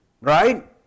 right